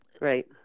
Right